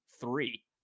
three